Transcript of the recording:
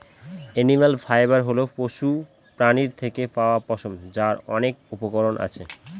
animal fibre হল পশুপ্রাণীর থেকে পাওয়া পশম, যার অনেক উপকরণ আছে